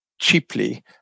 cheaply